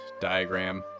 diagram